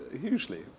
hugely